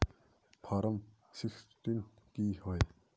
Form sixteen की होय?